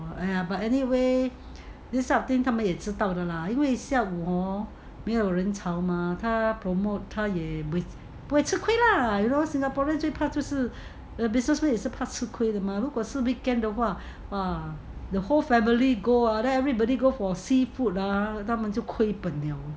!aiya! but anyway this kind of thing 他们也知道的 lah 因为像 hor 没有人潮 hor 他 promote 他也不会吃亏 lah you know singaporeans 最怕就是 the businessmen 也是怕吃亏的 mah 如果是 weekend 的话 the whole family go ah then everybody go for seafood ah 他们就亏本了